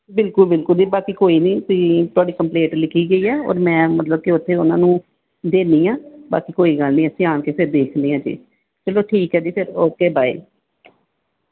ਬਿਲਕੁਲ ਬਿਲਕੁਲ ਜੀ ਬਾਕੀ ਕੋਈ ਨਹੀਂ ਤੁਸੀਂ ਤੁਹਾਡੀ ਕੰਪਲੇਂਟ ਲਿਖੀ ਗਈ ਆ ਔਰ ਮੈਂ ਮਤਲਬ ਕਿ ਉੱਥੇ ਉਹਨਾਂ ਨੂੰ ਦਿੰਦੀ ਹਾਂ ਬਾਕੀ ਕੋਈ ਗੱਲ ਨਹੀਂ ਅਸੀਂ ਆਣ ਕੇ ਫਿਰ ਦੇਖਦੇ ਹਾਂ ਜੀ ਚਲੋ ਠੀਕ ਹੈ ਜੀ ਫਿਰ ਓਕੇ ਬਾਏ